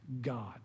God